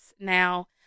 Now